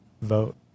vote